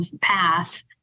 path